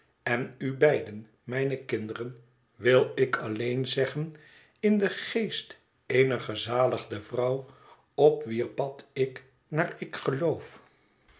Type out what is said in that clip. en u beiden mijne kinderen wil ik alleen zeggen in den geest eener gezaligde vrouw op wier pad ik naar ik geloof